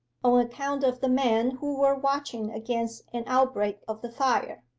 account of the men who were watching against an outbreak of the fire.